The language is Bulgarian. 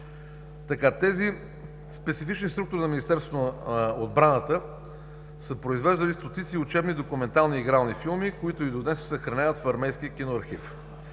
Тези специфични структури на Министерството на отбраната са произвеждали стотици учебни, документални и игрални филми, които и до днес се съхраняват в Армейския киноархив.